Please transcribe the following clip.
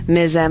Ms